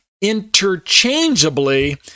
interchangeably